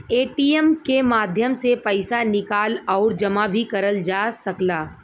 ATM के माध्यम से पइसा निकाल आउर जमा भी करल जा सकला